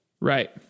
Right